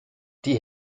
die